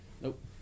nope